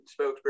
spokesperson